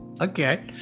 okay